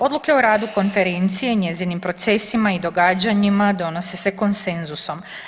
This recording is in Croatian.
Odluke o radu Konferencije, njezinim procesima i događanjima donose se konsenzusom.